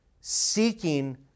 seeking